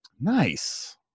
Nice